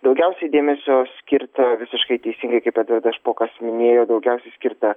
daugiausiai dėmesio skirta visiškai teisingai kaip edvardas špokas minėjo daugiausiai skirta